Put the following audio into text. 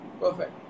Perfect